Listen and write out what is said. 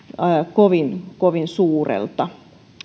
kovin kovin suurelta